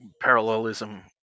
parallelism